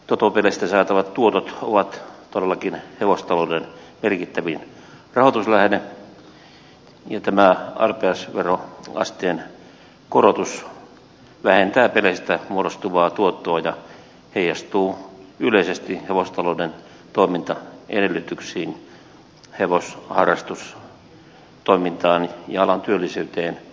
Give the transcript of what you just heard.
totopeleistä saatavat tuotot ovat todellakin hevostalouden merkittävin rahoituslähde ja tämä arpajaisveroasteen korotus vähentää peleistä muodostuvaa tuottoa ja heijastuu yleisesti hevostalouden toimintaedellytyksiin hevosharrastustoimintaan ja alan työllisyyteen kielteisesti